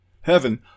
Heaven